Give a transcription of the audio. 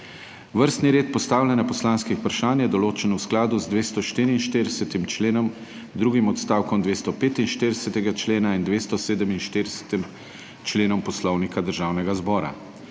Vrstni red postavljanja poslanskih vprašanj je določen v skladu z 244. členom, drugim odstavkom 245. člena in 247. členom Poslovnika Državnega zbora.